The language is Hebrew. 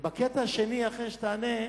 בקטע השני, אחרי שתענה,